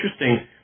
interesting